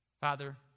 Father